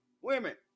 women